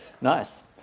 Nice